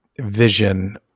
vision